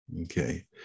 Okay